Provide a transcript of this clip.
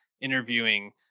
interviewing